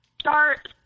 start